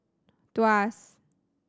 Tuas